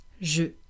Je